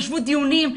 ישבו בדיונים,